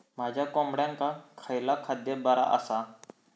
माझ्या कोंबड्यांका खयला खाद्य बरा आसा?